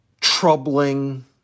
troubling